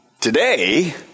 today